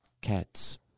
cats